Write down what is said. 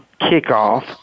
kickoff